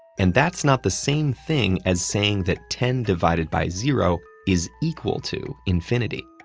and that's not the same thing as saying that ten divided by zero is equal to infinity.